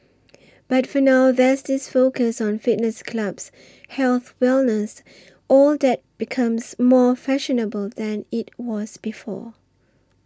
but for now there's this focus on fitness clubs health wellness all that becomes more fashionable than it was before